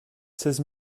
seize